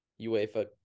UEFA